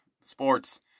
sports